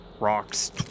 rocks